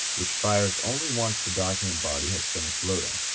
which fires only once the document body has finished loading.